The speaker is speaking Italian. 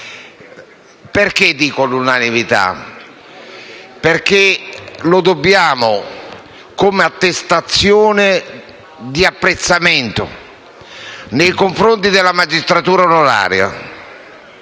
Perché dico l'unanimità? Perché lo dobbiamo come attestazione di apprezzamento nei confronti della magistratura onoraria.